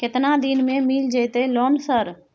केतना दिन में मिल जयते लोन सर?